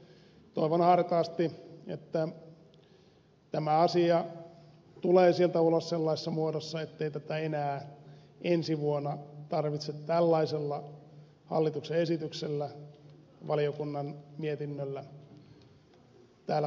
toivon hartaasti että tämä asia tulee sieltä ulos sellaisessa muodossa ettei tätä enää ensi vuonna tarvitse tällaisella hallituksen esityksellä valiokunnan mietinnöllä täällä puolustaa